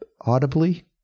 audibly